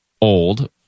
old